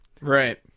Right